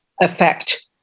affect